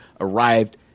arrived